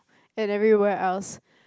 and everywhere else